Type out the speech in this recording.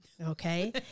Okay